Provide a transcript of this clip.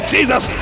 Jesus